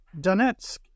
Donetsk